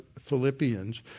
Philippians